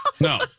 No